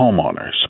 homeowners